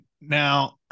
now